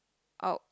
out